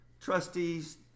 trustees